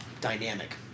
dynamic